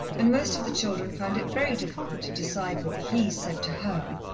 and most of the children found it very difficult to decide what he said to her,